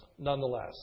nonetheless